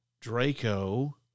Draco